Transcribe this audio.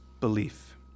belief